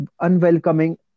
unwelcoming